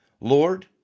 Lord